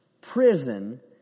prison